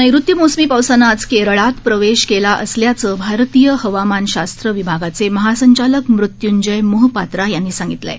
नैऋत्य मोसमी पावसानं आज केरळात प्रवेश केला असल्याचं भारतीय हवामानशास्त्र विभागाचे महासंचालक मृत्यूंजय मोहपात्रा यांनी सांगितलं आहे